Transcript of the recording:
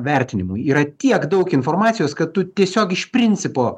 vertinimui yra tiek daug informacijos kad tu tiesiog iš principo